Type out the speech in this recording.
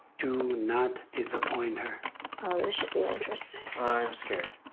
do not disappoint her. oh, this should be interesting. i'm scared.